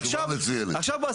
עכשיו,